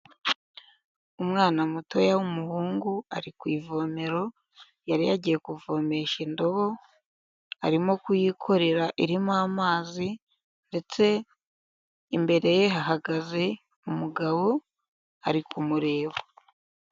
Umwana mutoya w'umuhungu ari ku ivomero yari yagiye kuvomesha indobo arimo kuyikorera irimo amazi ndetse imbere ye hagaze umugabo ari kumureba.